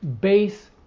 base